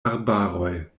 arbaroj